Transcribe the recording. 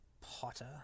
Potter